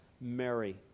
Mary